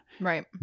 Right